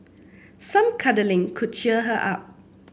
some cuddling could cheer her up